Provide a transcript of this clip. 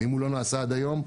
ואם הוא לא נעשה עד היום,